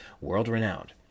world-renowned